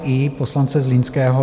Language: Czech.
I poslance Zlínského.